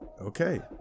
Okay